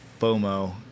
FOMO